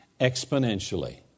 exponentially